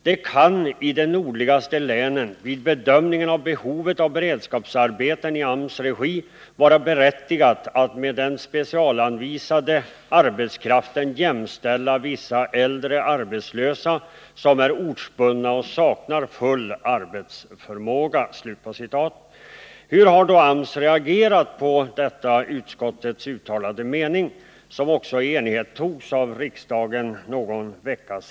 Det kan i hänsyn till de s de nordligaste länen, vid bedömningen av behovet av beredskapsarbeten i AMS regi, vara berättigat att med den specialanvisade arbetskraften jämställa vissa äldre arbetslösa, som är ortsbundna och saknar full arbetsförmåga.” Hur har då AMS reagerat på denna utskottets uttalade mening. som också i enighet antogs av riksdagen?